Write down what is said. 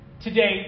Today